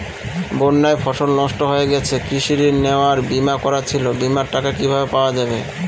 বন্যায় ফসল নষ্ট হয়ে গেছে কৃষি ঋণ নেওয়া আর বিমা করা ছিল বিমার টাকা কিভাবে পাওয়া যাবে?